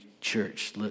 church